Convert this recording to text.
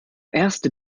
erste